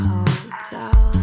Hotel